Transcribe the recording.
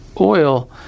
Oil